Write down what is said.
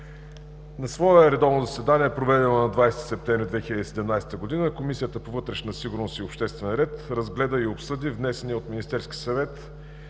На свое редовно заседание, проведено на 20 септември 2017 г., Комисията по вътрешна сигурност и обществен ред разгледа и обсъди внесения от Министерския съвет,